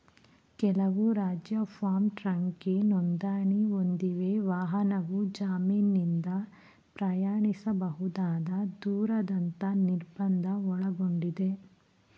ಕೆಲವು ರಾಜ್ಯ ಫಾರ್ಮ್ ಟ್ರಕ್ಗೆ ನೋಂದಣಿ ಹೊಂದಿವೆ ವಾಹನವು ಜಮೀನಿಂದ ಪ್ರಯಾಣಿಸಬಹುದಾದ ದೂರದಂತ ನಿರ್ಬಂಧ ಒಳಗೊಂಡಿದೆ